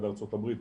עד ארצות הברית,